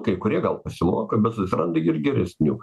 kai kurie gal pasimoko bet susiranda ir geresnių